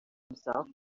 himself